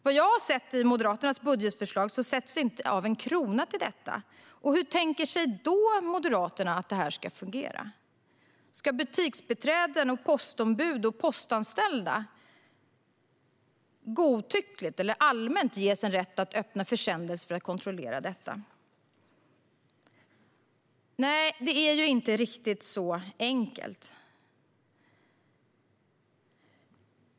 Vad jag har sett i Moderaternas budgetförslag sätts det inte av en krona till detta. Hur tänker sig Moderaterna att det här ska fungera? Ska butiksbiträden, postombud och postanställda godtyckligt eller allmänt ges rätt att öppna försändelser för att kontrollera dem? Det är inte riktigt så enkelt.